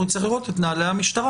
אנחנו נצטרך לראות את נהלי המשטרה,